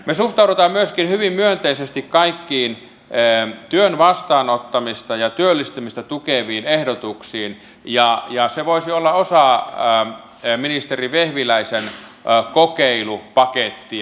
me suhtaudumme myöskin hyvin myönteisesti kaikkiin työn vastaanottamista ja työllistymistä tukeviin ehdotuksiin ja se voisi olla osa ministeri vehviläisen kokeilupakettia